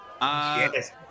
Yes